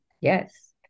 yes